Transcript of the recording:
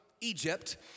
Egypt